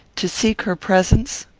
to seek her presence?